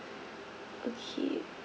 okay